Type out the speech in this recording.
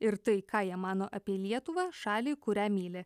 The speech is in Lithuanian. ir tai ką jie mano apie lietuvą šalį kurią myli